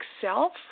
self